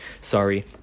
sorry